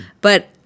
But-